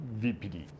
VPD